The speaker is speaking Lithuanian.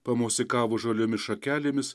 pamosikavo žaliomis šakelėmis